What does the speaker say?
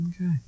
okay